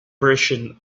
version